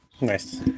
Nice